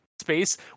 space